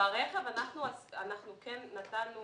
ברכב אנחנו כן נתנו